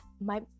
my-